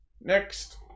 Next